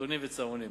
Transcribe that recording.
משפחתונים וצהרונים.